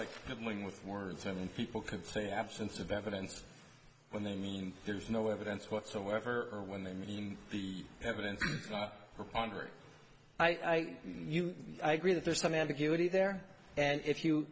when with words and people can say absence of evidence when they mean there's no evidence whatsoever or when they mean the evidence i you agree that there's some ambiguity there and if you